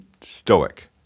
stoic